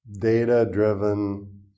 data-driven